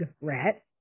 rat